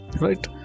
right